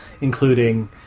including